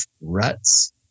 ruts